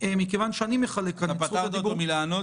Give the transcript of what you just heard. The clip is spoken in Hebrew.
מכיוון שאני מחלק כאן את זכות הדיבור --- פטרת אותו מלענות.